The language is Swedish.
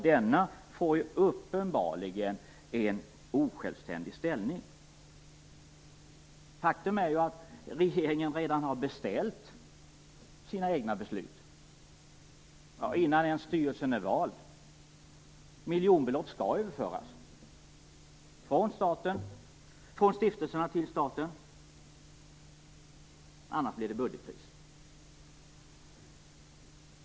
Denna får uppenbarligen en osjälvständig ställning. Faktum är att regeringen redan har beställt sina egna beslut innan styrelsen ens är vald. Miljonbelopp skall överföras från stiftelserna till staten, annars blir det budgetkris.